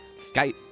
Skype